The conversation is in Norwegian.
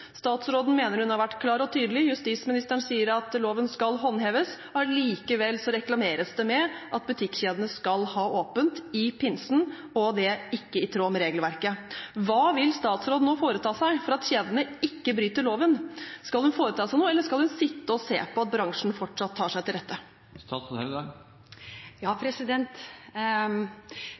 statsråden mener hun har vært klar og tydelig, og justisministeren sier at loven skal håndheves. Allikevel reklameres det med at butikkjedene skal ha åpent i pinsen, og det er ikke i tråd med regelverket. Hva vil statsråden nå foreta seg for at kjedene ikke bryter loven? Skal hun foreta seg noe, eller skal hun sitte og se på at bransjen fortsatt tar seg til rette?